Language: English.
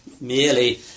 merely